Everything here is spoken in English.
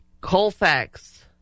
Colfax